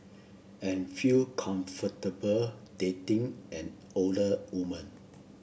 and feel comfortable dating an older woman